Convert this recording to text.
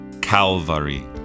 Calvary